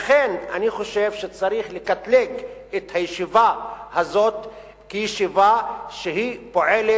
לכן אני חושב שצריך לקטלג את הישיבה הזאת כישיבה שפועלת